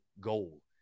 goal